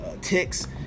ticks